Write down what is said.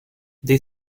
they